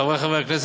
חברי חברי הכנסת,